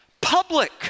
public